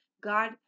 God